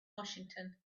washington